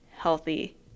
Healthy